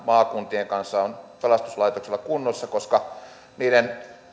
maakuntien kanssa on pelastuslaitoksella kunnossa koska